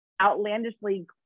outlandishly